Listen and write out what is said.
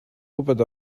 gwybod